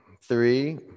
three